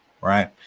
right